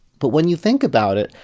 but when you think about it,